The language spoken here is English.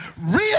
Real